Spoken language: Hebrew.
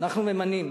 אנחנו ממנים.